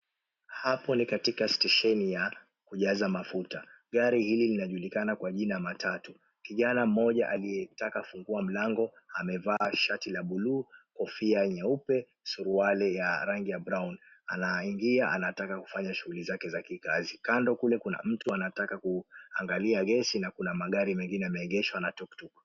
Hapo ni katika stesheni ya kujaza mafuta. Gari hili linajulikana kwa jina ya matatu. Kijana mmoja aliyetaka kufungua mlango amevaa shati la buluu, kofia nyeupe, suruali ya rangi ya brown . Anaingia anataka kufanya shughuli zake za kikazi. Kando kule kuna mtu anataka kuangalia gesi na kuna magari mengine yameegeshwa na tuktuk.